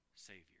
savior